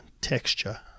texture